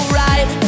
right